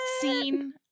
scene